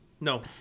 No